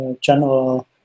general